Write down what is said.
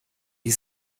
die